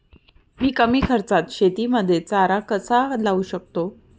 मी कमी खर्चात शेतीमध्ये चारा कसा लावू शकतो?